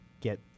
get